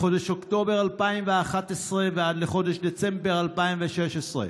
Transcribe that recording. מחודש אוקטובר 2011 ועד לחודש דצמבר 2016,